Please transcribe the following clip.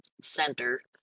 center